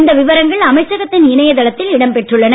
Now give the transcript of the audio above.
இந்த விவரங்கள் அமைச்சகத்தின் இணையதளத்தில் இடம்பெற்றுள்ளன